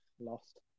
Lost